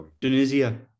Tunisia